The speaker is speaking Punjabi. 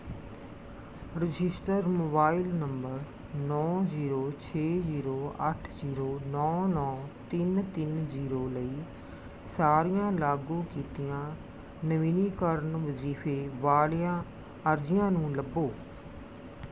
ਰਜਿਸਟਰ ਮੋਬਾਈਲ ਨੰਬਰ ਨੌ ਜ਼ੀਰੋ ਛੇ ਜ਼ੀਰੋ ਅੱਠ ਜ਼ੀਰੋ ਨੌ ਨੌ ਤਿੰਨ ਤਿੰਨ ਜ਼ੀਰੋ ਲਈ ਸਾਰੀਆਂ ਲਾਗੂ ਕੀਤੀਆਂ ਨਵੀਨੀਕਰਨ ਵਜ਼ੀਫੇ ਵਾਲੀਆਂ ਅਰਜ਼ੀਆਂ ਨੂੰ ਲੱਭੋ